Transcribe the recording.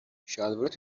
شلوارت